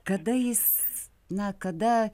kada jis na kada